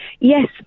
yes